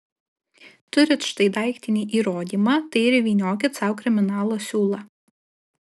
turit štai daiktinį įrodymą tai ir vyniokit sau kriminalo siūlą